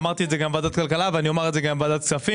ואמרתי את זה גם בוועדת הכלכלה ואני אומר את זה גם בוועדת כספים.